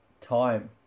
time